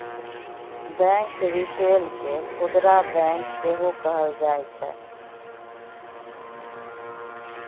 bank retail केँ खुदरा bank सेहो कहल जाइ छै